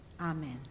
Amen